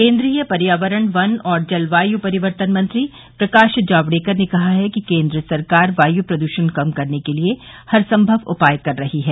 केन्द्रीय पर्यावरण वन और जलवायु परिवर्तन मंत्री प्रकाश जावड़ेकर ने कहा है कि केंद्र सरकार वायु प्रदूषण कम करने के लिए हर संभव उपाय कर रही है